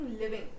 living